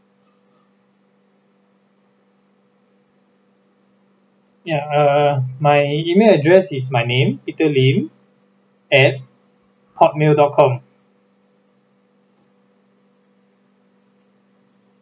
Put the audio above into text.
ya err my email address is my name peter lim at hotmail dot com